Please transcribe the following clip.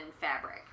fabric